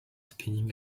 spinning